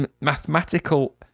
mathematical